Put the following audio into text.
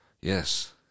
Yes